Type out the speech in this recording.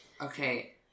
Okay